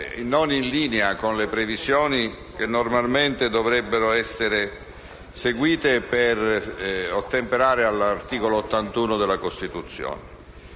non in linea con le previsioni che normalmente dovrebbero essere seguite per ottemperare all'articolo 81 della Costituzione.